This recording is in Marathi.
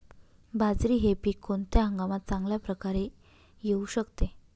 बाजरी हे पीक कोणत्या हंगामात चांगल्या प्रकारे येऊ शकते?